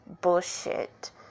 bullshit